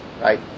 right